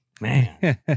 Man